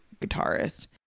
guitarist